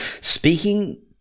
speaking